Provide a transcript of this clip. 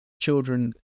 children